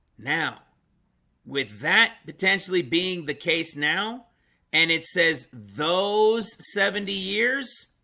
now with that potentially being the case now and it says those seventy years